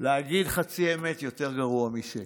להגיד חצי אמת יותר גרוע משקר.